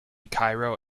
cairo